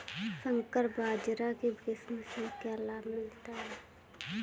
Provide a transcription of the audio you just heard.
संकर बाजरा की किस्म से क्या लाभ मिलता है?